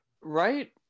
right